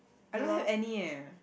I don't have any eh